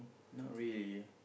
not really